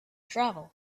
travel